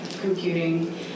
computing